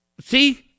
see